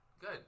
good